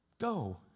Go